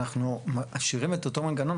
אנחנו משאירים את אותו מנגנון,